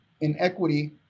Inequity